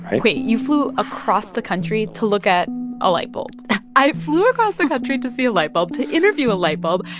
right? wait. you flew across the country to look at a light bulb? i flew across the country to see a light bulb, to interview a light bulb.